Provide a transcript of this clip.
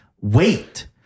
Wait